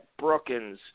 Brookins